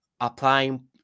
applying